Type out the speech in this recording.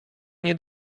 nie